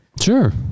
sure